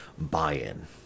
buy-in